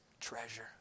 treasure